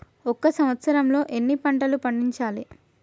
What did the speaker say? ఒక సంవత్సరంలో ఎన్ని పంటలు పండించాలే?